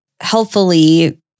healthfully